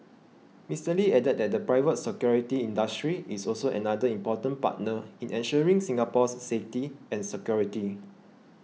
Mister Lee added that the private security industry is also another important partner in ensuring Singapore's safety and security